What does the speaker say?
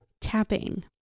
tapping